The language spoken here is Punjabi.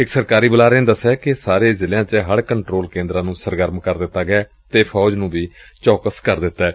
ਇਕ ਸਰਕਾਰੀ ਬੁਲਾਰੇ ਨੇ ਕਿਹਾ ਕਿ ਸਾਰੇ ਜ਼ਿਲ਼ਿਆਂ ਚ ਹਤੁ ਕੰਟਰੋਲ ਕੇਂਦਰਾਂ ਨੂੰ ਸਰਗਰਮ ਕਰ ਦਿੱਤਾ ਗਿਐ ਅਤੇ ਫੌਜ ਨੂੰ ਵੀ ਚੌਕਸ ਕਰ ਦਿੱਤੈ